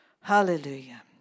Hallelujah